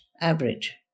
average